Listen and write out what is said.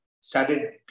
started